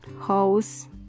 house